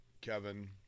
Kevin